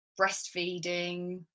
breastfeeding